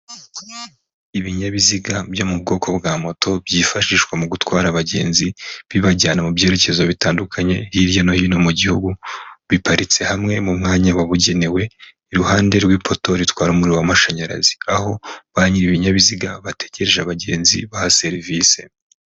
Ibinyabiziga byo mu bwoko bwa moto byifashishwa mu gutwara abagenzi, bibajyana mu byerekezo bitandukanye hirya no hino mu gihugu, biparitse hamwe mu mwanya wabugenewe, iruhande rw'ipoto ritwara umuriro w'amashanyarazi, aho ba nyiri ibinyabiziga bategereje abagenzi baha serivisi.